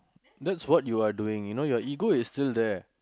that's what you are doing you know your ego is still there